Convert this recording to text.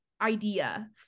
idea